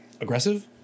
Aggressive